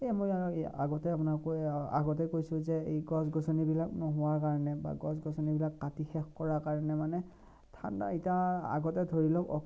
এই মই ইয়াৰ আগতে আপোনালোকৰ আগতে কৈছোঁ যে এই গছ গছনিবিলাক নোহোৱাৰ কাৰণে বা গছ গছনিবিলাক কাটি শেষ কৰা কাৰণে মানে ঠাণ্ডা এতিয়া আগতে ধৰি লওক